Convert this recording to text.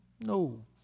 no